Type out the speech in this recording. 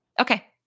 okay